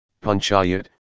Panchayat